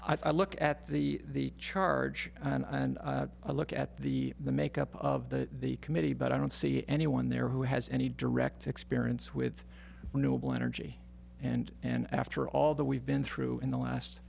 six i look at the charge and i look at the the makeup of the the committee but i don't see anyone there who has any direct experience with noble energy and and after all that we've been through in the last